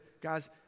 guys